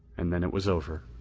and then it was over.